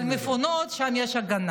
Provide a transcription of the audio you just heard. אבל מפונות, שם יש הגנה.